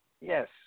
Yes